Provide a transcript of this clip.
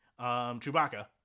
Chewbacca